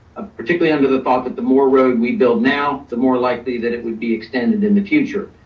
particularly under the thought that the more road we build now, the more likely that it would be extended in the future.